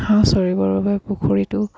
হাঁহ চৰিবৰ বাবে পুখুৰীতো